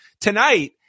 tonight